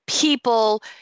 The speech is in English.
people